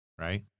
Right